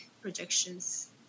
projections